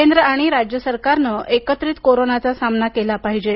केंद्र आणि राज्य सरकारने एकत्रित कोरोनाचा सामना केला पाहिजे